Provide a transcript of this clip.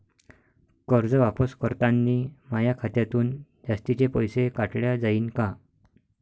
कर्ज वापस करतांनी माया खात्यातून जास्तीचे पैसे काटल्या जाईन का?